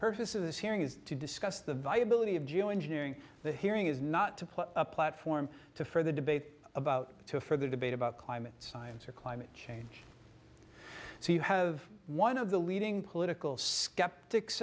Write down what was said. purpose of this hearing is to discuss the viability of geo engineering the hearing is not to put a platform to further debate about to further debate about climate science or climate change so you have one of the leading political skeptics